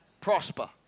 prosper